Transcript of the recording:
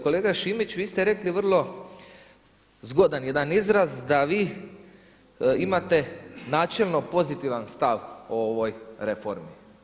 Kolega Šimić vi ste rekli vrlo zgodan jedan izraz da vi imate načelno pozitivan stav o ovoj reformi.